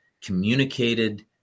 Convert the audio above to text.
communicated